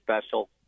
special